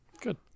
good